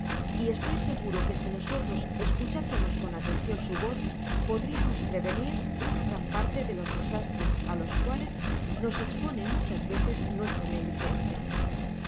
y estoy seguro que si nosotros escuchásemos con atencion sh voz podriamos prevenir una gran parte de los desastres á los cuales nos espone muchas veces nuestra negligencia mas